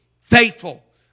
faithful